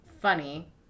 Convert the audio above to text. funny